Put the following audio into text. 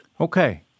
Okay